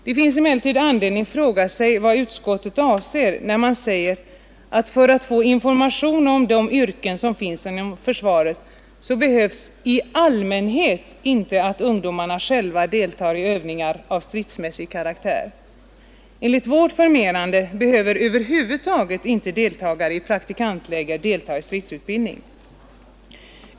Det finns emellertid anledning fråga sig vad utskottet avser när man säger: ”För att få information om de yrken som finns inom försvaret behövs enligt utskottets mening i allmänhet inte att ungdomarna själva deltar i övningar av stridsmässig karaktär.” Enligt vårt förmenande behöver över huvud taget inte deltagare i praktikantläger delta i stridsutbildning.